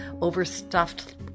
overstuffed